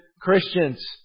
Christians